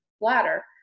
bladder